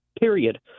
period